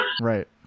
Right